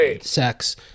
sex